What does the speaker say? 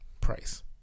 price